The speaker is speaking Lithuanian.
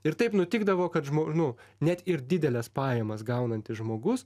ir taip nutikdavo kad nu net ir dideles pajamas gaunantis žmogus